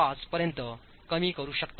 5पर्यंतकमी करू शकता